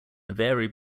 vary